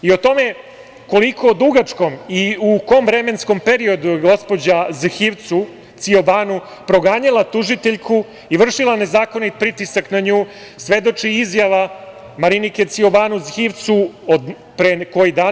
O tome u koliko dugačkom i u kom vremenskom periodu je gospođa Zhivcu Ciobanu proganjala tužiteljku i vršila nezakonit pritisak na nju svedoči izjava Marinike Ciobanu Zhivcu od pre koji dan.